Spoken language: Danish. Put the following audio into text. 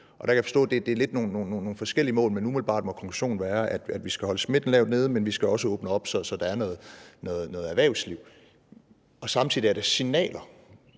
lidt er nogle forskellige mål. Men umiddelbart må konklusionen være, at vi skal holde smitten lavt nede, men vi skal også åbne op, så der er noget erhvervsliv, og samtidig er der signaler